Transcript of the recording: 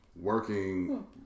working